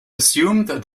assumed